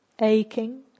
aching